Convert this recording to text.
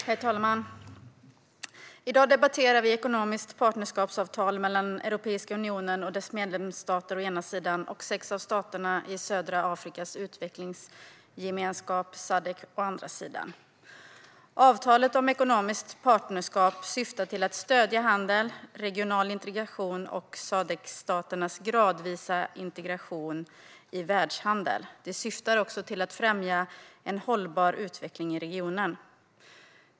Herr talman! I dag debatterar vi ett ekonomiskt partnerskapsavtal mellan Europeiska unionen och dess medlemsstater å ena sidan och sex av staterna i Södra Afrikas utvecklingsgemenskap, Sadc, å andra sidan. Avtalet om ekonomiskt partnerskap syftar till att stödja handel, regional integration och Sadc-staternas gradvisa integration i världshandel. Det syftar också till att främja en hållbar utveckling i regionen.